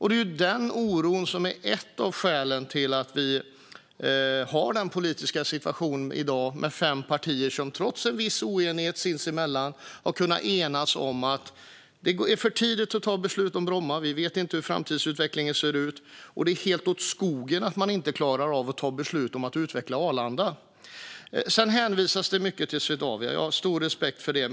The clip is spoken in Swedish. Det är den oron som är ett av skälen till att vi i dag har denna politiska situation, med fem partier som trots en viss oenighet sinsemellan har kunnat enas om att det är för tidigt att ta beslut om Bromma eftersom vi inte vet hur framtidsutvecklingen ser ut och att det är helt åt skogen att man inte klarar av att ta beslut om att utveckla Arlanda. Det hänvisas mycket till Swedavia, och jag har stor respekt för det.